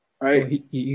right